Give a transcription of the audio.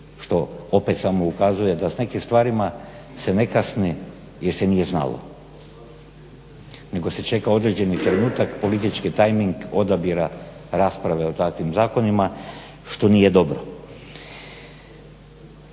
što opet samo ukazuje da s nekim stvarima se ne kasni jer se nije znalo nego se čeka određeni trenutak politički tajming odabira rasprave o takvim zakonima što nije dobro.